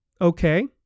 okay